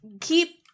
keep –